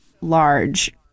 large